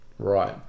Right